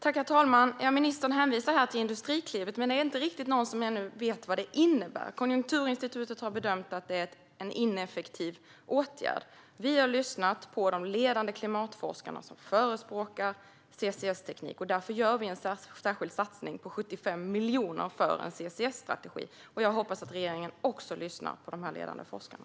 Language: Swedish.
Herr talman! Ministern hänvisar till Industriklivet, men det är ännu inte någon som riktigt vet vad det innebär. Konjunkturinstitutet har bedömt att det är en ineffektiv åtgärd. Vi har lyssnat på de ledande klimatforskarna, som förespråkar CCS-teknik. Därför gör vi en särskild satsning på 75 miljoner för en CCS-strategi. Jag hoppas att regeringen också lyssnar på de här ledande forskarna.